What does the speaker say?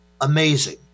amazing